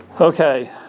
Okay